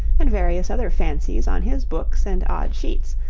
and various other fancies on his books and odd sheets,